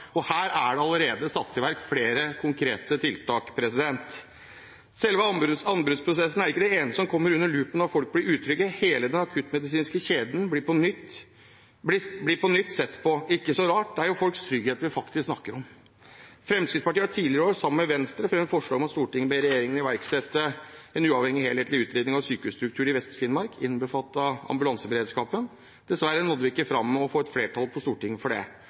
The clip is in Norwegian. Her er det allerede satt i verk flere konkrete tiltak. Selve anbudsprosessen er ikke det eneste som kommer under lupen når folk blir utrygge. Hele den akuttmedisinske kjeden blir på nytt sett på – ikke så rart, det er folks trygghet vi faktisk snakker om. Fremskrittspartiet har tidligere i år sammen med Venstre fremmet forslag om at Stortinget ber regjeringen iverksette en uavhengig helhetlig utredning av sykehusstrukturen i Vest-Finnmark, innbefattet ambulanseberedskapen. Dessverre nådde vi ikke fram med å få flertall på Stortinget for det.